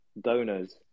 donors